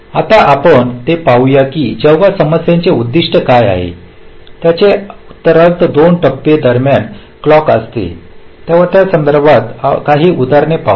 आता आपण हे पाहूया की जेव्हा समस्येचे उद्दीष्ट काय आहे त्याचे उत्तरार्धात दोन टप्पे दरम्यान क्लॉक असते तेव्हा त्यासंदर्भात काही उदाहरणे पाहू या